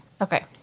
Okay